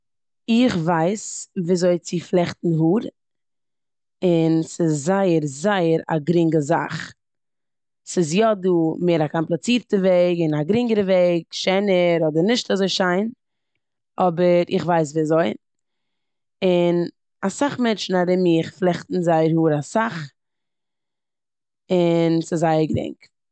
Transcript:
איך ווייס וויאזוי צו פלעכטן האר און ס'זייער זייער א גרינגע זאך. ס'איז יא דא מער א קאמפלאצירטע וועג און א גרינגערע וועג, שענער אדער נישט אזוי שיין, אבער איך ווייס וויאזוי און אסאך מענטשן ארום מיך פלעכטן זייער האר אסאך און ס'זייער גרינג.